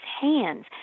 hands